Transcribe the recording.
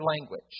language